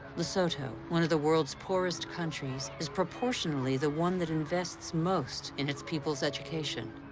lesotho, one of the world's poorest countries, is proportionally the one that invests most in its people's education.